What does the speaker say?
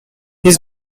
his